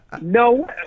No